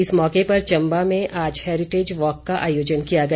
इस मौके पर चंबा में आज हैरिटेज वॉक का आयोजन किया गया